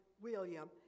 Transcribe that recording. William